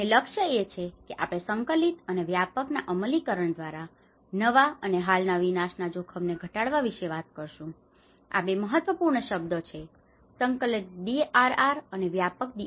અને લક્ષ્ય એ છે કે આપણે સંકલિત અને વ્યાપકના અમલીકરણ દ્વારા નવા અને હાલના વિનાશના જોખમને ઘટાડવા વિશે વાત કરીશું આ બે મહત્વપૂર્ણ શબ્દો છે સંકલિત DRR અને વ્યાપક DRR